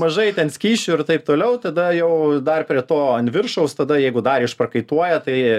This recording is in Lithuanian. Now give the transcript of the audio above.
mažai ten skysčių ir taip toliau tada jau dar prie to ant viršaus tada jeigu dar išprakaituoja tai